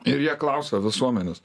ir jie klausia visuomenės